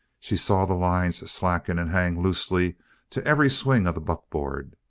she saw the lines slacken and hang loosely to every swing of the buckboard.